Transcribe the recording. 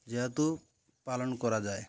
ଯେହେତୁ ପାଳନ କରାଯାଏ